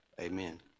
Amen